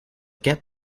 get